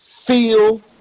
feel